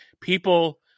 people